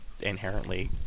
inherently